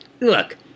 Look